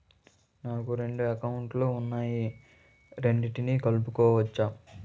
నాకు రెండు అకౌంట్ లు ఉన్నాయి రెండిటినీ కలుపుకోవచ్చా?